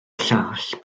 llall